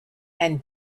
and